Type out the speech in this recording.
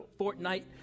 Fortnite